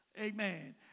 Amen